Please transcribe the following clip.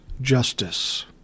justice